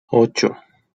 ocho